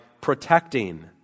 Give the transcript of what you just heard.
protecting